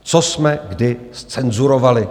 Co jsme kdy zcenzurovali?